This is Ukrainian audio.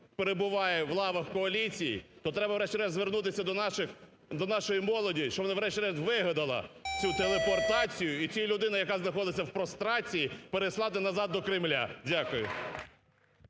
перебуває в лавах коаліції, то треба, врешті-решт, звернутися до нашої молоді, що вони, врешті-решт, вигадали цю телепортацію, і цій людині, яка знаходиться в прострації, переслати назад до Кремля. Дякую.